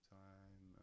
time